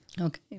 Okay